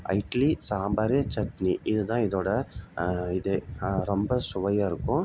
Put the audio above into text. இட்லி சாம்பார் சட்னி இது தான் இதோடய இது ரொம்ப சுவையாக இருக்கும்